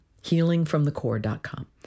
healingfromthecore.com